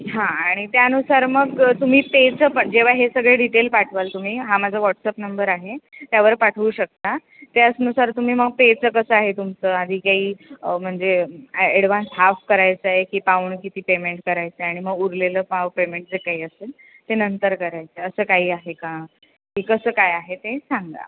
हां आणि त्यानुसार मग तुम्ही पेचं पण जेव्हा हे सगळे डिटेल पाठवाल तुम्ही हा माझा व्हॉट्सअप नंबर आहे त्यावर पाठवू शकता त्याचनुसार तुम्ही मग पेचं कसं आहे तुमचं आधी काही म्हणजे ॲडव्हान्स हाफ करायचा आहे की पाऊण किती पेमेंट करायचं आहे आणि मग उरलेलं पाव पेमेंट जे काही असेल ते नंतर करायचं आहे असं काही आहे का की कसं काय आहे ते सांगा